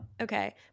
Okay